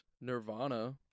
Nirvana